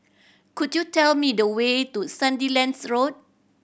could you tell me the way to Sandilands Road